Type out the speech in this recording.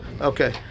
okay